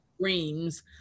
dreams